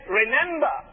remember